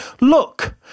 look